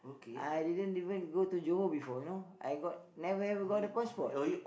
I didn't even go to Johor before you know I got never ever got a passport